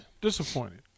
Disappointed